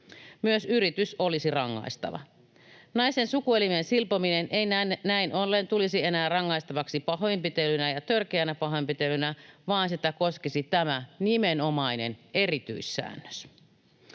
Myös yritys olisi rangaistava. Naisen sukuelimen silpominen ei näin ollen tulisi enää rangaistavaksi pahoinpitelynä ja törkeänä pahoinpitelynä, vaan sitä koskisi tämä nimenomainen erityissäännös.